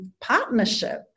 partnership